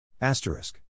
asterisk